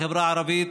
בחברה הערבית,